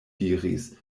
diris